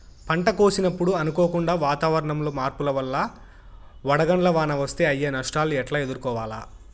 పంట కోసినప్పుడు అనుకోకుండా వాతావరణంలో మార్పుల వల్ల వడగండ్ల వాన వస్తే అయ్యే నష్టాలు ఎట్లా ఎదుర్కోవాలా?